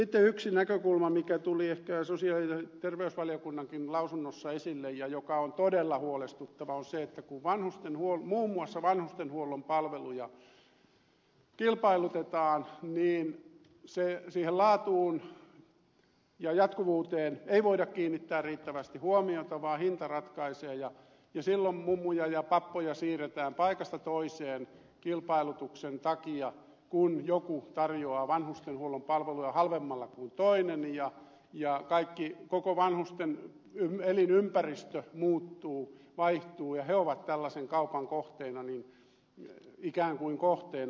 sitten yksi näkökulma mikä tuli ehkä sosiaali ja terveysvaliokunnankin lausunnossa esille ja joka on todella huolestuttava on se että kun muun muassa vanhustenhuollon palveluja kilpailutetaan niin siihen laatuun ja jatkuvuuteen ei voida kiinnittää riittävästi huomiota vaan hinta ratkaisee ja silloin mummuja ja pappoja siirretään paikasta toiseen kilpailutuksen takia kun joku tarjoaa vanhustenhuollon palveluja halvemmalla kuin toinen ja koko vanhusten elinympäristö muuttuu vaihtuu ja he ovat tällaisen kaupan ikään kuin kohteena